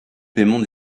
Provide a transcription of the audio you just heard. paiement